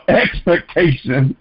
expectation